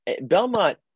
Belmont